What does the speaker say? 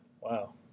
Wow